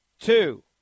Two